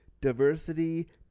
diversity